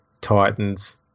Titans